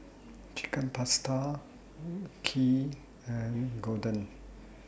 Chicken Pasta Kheer and Gyudon